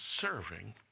serving